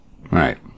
Right